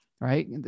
right